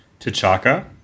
T'Chaka